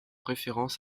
référence